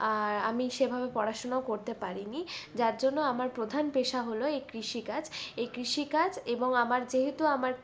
আমি সেভাবে পড়াশুনাও করতে পারিনি যার জন্য আমার প্রধান পেশা হলো এই কৃষিকাজ এই কৃষিকাজ এবং আমার যেহেতু আমার